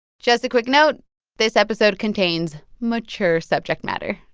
just a quick note this episode contains mature subject matter